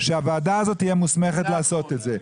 שהוועדה הזאת תהיה מוסמכת לעשות את זה.